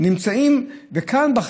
כאן,